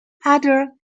other